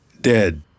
dead